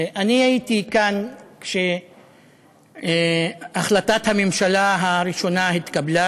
אני הייתי כאן כשהחלטת הממשלה הראשונה התקבלה